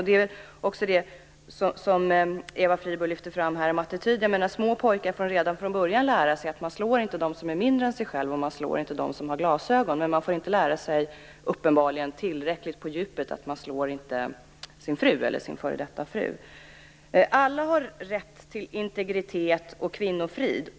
Det handlar, som Eva Flyborg lyfte fram här, om attityder. Små pojkar får redan från början lära sig att man inte slår dem som är mindre och att man inte slår dem som har glasögon. Men man får uppenbarligen inte lära sig tillräckligt på djupet att man inte slår sin fru eller sin f.d. fru. Alla har rätt till integritet och kvinnofrid.